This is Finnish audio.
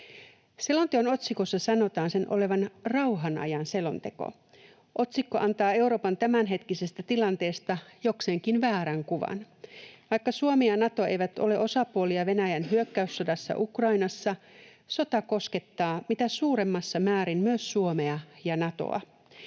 Selonteon otsikossa sanotaan sen olevan rauhan ajan selonteko. Otsikko antaa Euroopan tämänhetkisestä tilanteesta jokseenkin väärän kuvan. Vaikka Suomi ja Nato eivät ole osapuolia Venäjän hyökkäyssodassa Ukrainassa, sota koskettaa mitä suurimmassa määrin myös Suomea ja Natoa.